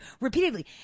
repeatedly